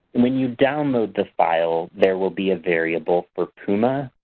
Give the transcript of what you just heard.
when you download the files, there will be a variable for puma,